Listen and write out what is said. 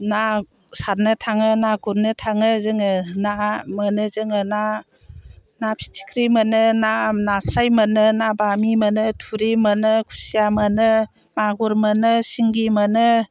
ना सारनो थाङो ना गुरनो थाङो जोङो ना मोनो जोङो ना ना फिथिख्रि मोनो ना नास्राय मोनो ना बामि मोनो थुरि मोनो खुसिया मोनो मागुर मोनो सिंगि मोनो